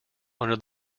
under